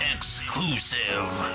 Exclusive